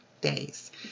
days